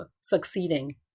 succeeding